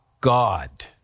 God